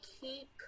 keep